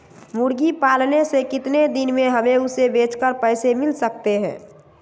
मुर्गी पालने से कितने दिन में हमें उसे बेचकर पैसे मिल सकते हैं?